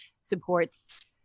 supports